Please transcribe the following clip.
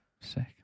sick